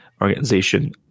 organization